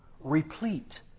replete